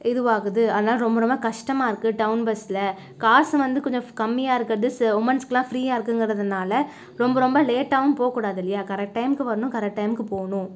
இதுவாகுது அதனால் ரொம்ப ரொம்ப கஷ்டமாக இருக்கு டவுன் பஸ்ஸில் காசு வந்து கொஞ்சம் கம்மியாக இருக்கிறது உமன்ஸ்குல்லாம் ஃபிரீயாக இருக்குங்குறதினால ரொம்ப ரொம்ப லேட்டாகவும் போகக்கூடாது இல்லையா கரெக்ட் டைமுக்கு வரணும் கரெக்ட் டைமுக்கு போகணும்